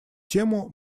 тему